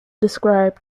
describe